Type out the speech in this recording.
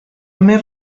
més